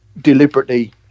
deliberately